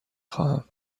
خواهم